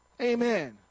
Amen